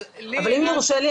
אבל אם יורשה לי,